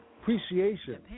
appreciation